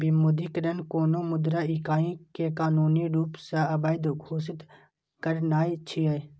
विमुद्रीकरण कोनो मुद्रा इकाइ कें कानूनी रूप सं अवैध घोषित करनाय छियै